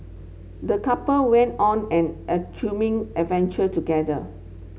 the couple went on an adventure together